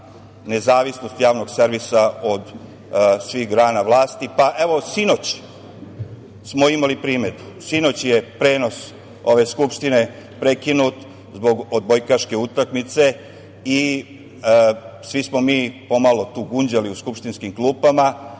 nezavisnosti javnog servisa od svih grana vlasti. Pa, evo, sinoć smo imali primedbu. Sinoć je prenos ove Skupštine prekinut zbog odbojkaške utakmice i svi smo mi pomalo tu gunđali u skupštinskim klupama.